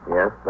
Yes